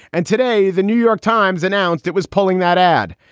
and today, the new york times announced it was pulling that ad.